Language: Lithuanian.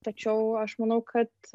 tačiau aš manau kad